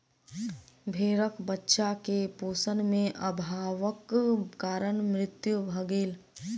भेड़क बच्चा के पोषण में अभावक कारण मृत्यु भ गेल